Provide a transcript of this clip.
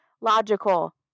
logical